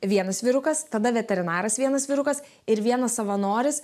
vienas vyrukas tada veterinaras vienas vyrukas ir vienas savanoris